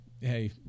hey